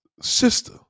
Sister